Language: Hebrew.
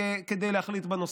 כדי להחליט בנושא".